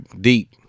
deep